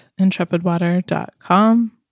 IntrepidWater.com